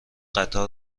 قطار